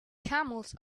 camels